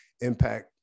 impact